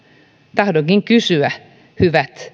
tahdonkin kysyä hyvät